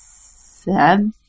seven